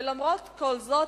ולמרות כל זאת,